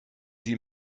sie